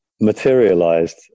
materialized